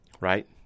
right